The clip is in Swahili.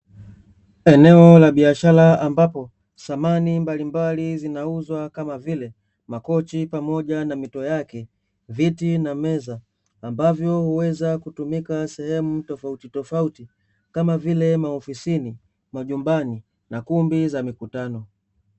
Eneo la biashara ambapo samani mbalimbali zinauzwa kama vile makochi pamoja na mito yake, viti na meza ambavyo huweza kutumika sehemu tofauti tofauti kama vile maofisini, majumbani na kumbi za mikutano.